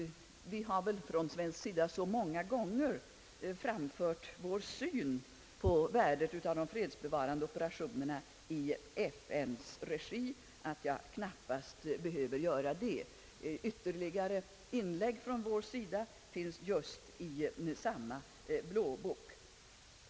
Vi har från svensk sida så många gånger framfört vår syn på värdet av de fredsbevarande operationerna i FN:s regi, att jag knappast behöver göra det nu. Det senaste årets inlägg från vår sida finns redovisade i samma blåbok.